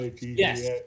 Yes